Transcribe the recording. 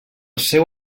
seu